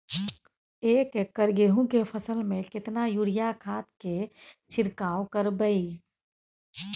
एक एकर गेहूँ के फसल में केतना यूरिया खाद के छिरकाव करबैई?